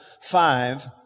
five